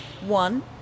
One